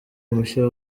mushya